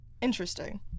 interesting